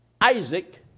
Isaac